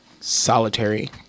solitary